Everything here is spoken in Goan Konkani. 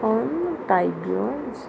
अनटायब्रोज